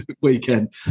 weekend